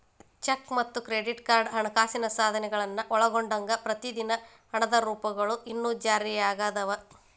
check ಮತ್ತ credit card ಹಣಕಾಸಿನ ಸಾಧನಗಳನ್ನ ಒಳಗೊಂಡಂಗ ಪ್ರತಿನಿಧಿ ಹಣದ ರೂಪಗಳು ಇನ್ನೂ ಜಾರಿಯಾಗದವ